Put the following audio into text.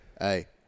Hey